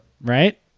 Right